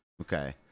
okay